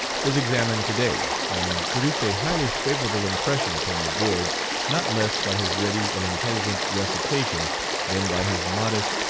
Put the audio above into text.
was examined to-day, and produced a highly favorable impression upon the board not less by his ready and intelligent recitation than by his modest,